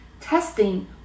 Testing